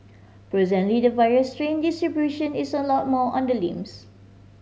presently the virus strain distribution is a lot more on the limbs